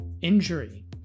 injury